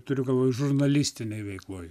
turiu galvoje žurnalistinėj veikloj